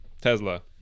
tesla